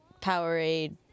Powerade